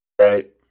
Right